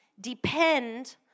depend